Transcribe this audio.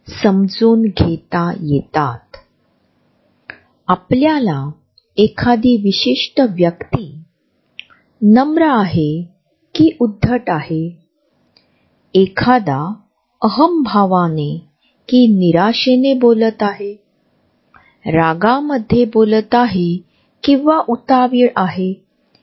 जर आम्ही त्या छायाचित्राकडे पाहिले तर ज्यामध्ये दोन लोक एकाच बेंचवर बसले आहेत परंतु त्यांच्यात जे अंतर आहे आणि जे त्यांनी अभ्यासपूर्वक टिकवले आहे तेदेखील सूचित करते की या दोघांमध्ये वास्तविक निकटता स्वतंत्र मनुष्य म्हणून त्यांच्या मनोवृत्तीतील फरक देखील देहबोलीच्या इतर पैलूंच्या आधारे पाहिले जाऊ शकतात